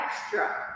extra